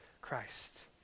Christ